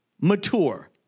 mature